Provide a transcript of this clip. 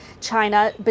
China